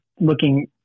looking